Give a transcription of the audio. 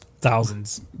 Thousands